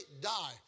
die